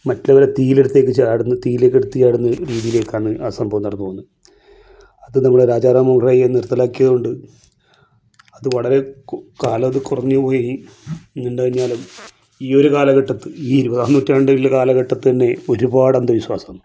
മറ്റയാള് തീയിലെടുത്തേക്ക് ചാടുന്ന തീയിലേക്കെടുത്ത് ചാടുന്ന രീതിയിലേക്കാണ് ആ സംഭവം നടന്ന് പോകുന്നത് അത് നിങ്ങളുടെ രാജാറാം മോഹൻ റോയ് നിർത്തലാക്കിയതു കൊണ്ട് അത് വളരെ കു കാലാവത് കുറഞ്ഞു പോയി എന്ന് തന്നെയാലും ഈ ഒരു കാലഘട്ടത്ത് ഈ ഇരുപതാം നൂറ്റാണ്ടിൽ കാലഘട്ടത്ത് തന്നെ ഒരുപാട് അന്ധവിശ്വാസമാണ്